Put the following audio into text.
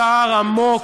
צער עמוק,